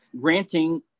granting